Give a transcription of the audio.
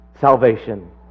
Salvation